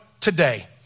today